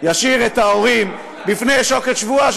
משאירים את ההורים בפני שוקת שבורה,